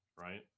right